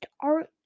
art